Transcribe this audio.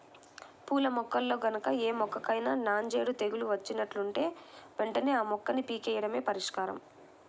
పూల మొక్కల్లో గనక ఏ మొక్కకైనా నాంజేడు తెగులు వచ్చినట్లుంటే వెంటనే ఆ మొక్కని పీకెయ్యడమే పరిష్కారం